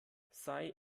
sei